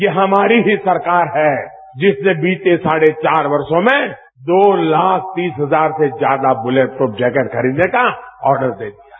यह हमारी ही सरकार है जिसने बीते साढ़े चार वर्षों में दो लाख तीस हजार से ज्यादा बुलेट प्रफ जैकेट खरीदने का आर्जर दे दिया है